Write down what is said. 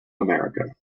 america